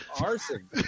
Arson